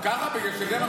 ככה, בגלל שזה מה